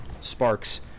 Sparks